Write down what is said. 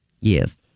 Yes